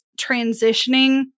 transitioning